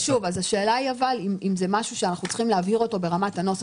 השאלה אם זה משהו שאנחנו צריכים להבהיר אותו ברמת הנוסח.